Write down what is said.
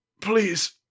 please